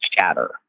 chatter